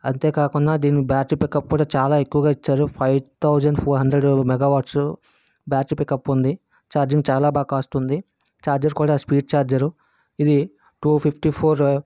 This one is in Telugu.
అంతే కాకుండా దీని బ్యాటరీ పిక్ అప్ కూడా చాలా ఎక్కువగా ఇచ్చారు five thousand four hundred mega watts battery pick up వుంది ఛార్జింగ్ చాలా బాగా కాస్తుంది ఛార్జర్ కూడా స్పీడ్ చార్జరు ఇది టూ ఫిఫ్టీ ఫోర్